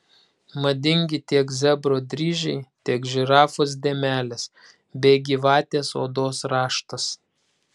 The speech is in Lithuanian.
madingi tiek zebro dryžiai tiek žirafos dėmelės bei gyvatės odos raštas